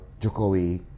Jokowi